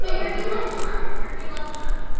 so you're a good-luck charm. you're a good-luck charm.